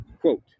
Quote